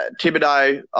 Thibodeau –